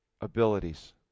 abilities